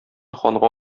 ханга